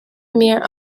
mere